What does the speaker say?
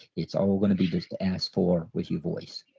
it's all gonna be just asked for with your voice.